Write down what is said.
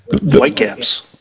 Whitecaps